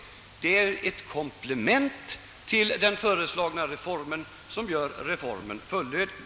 Reservationens förslag är ett komplement till den föreslagna reformen, som gör den fullödig.